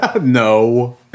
No